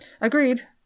Agreed